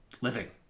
living